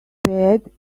pad